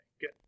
good